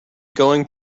going